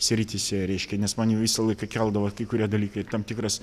srityse reiškia nes man visą laiką keldavo kai kurie dalykai tam tikras